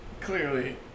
clearly